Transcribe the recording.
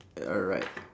alright